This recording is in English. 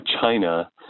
China